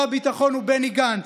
שר הביטחון הוא בני גנץ,